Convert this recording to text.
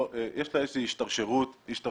יש לה איזושהי השתרשרות היסטורית.